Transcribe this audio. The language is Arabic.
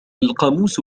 القاموس